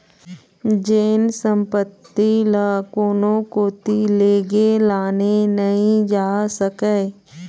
जेन संपत्ति ल कोनो कोती लेगे लाने नइ जा सकय